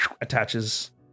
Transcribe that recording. attaches